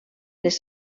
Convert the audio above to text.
les